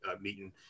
meeting